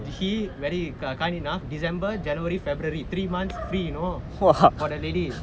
he very kind enough december january february three months free you know for that lady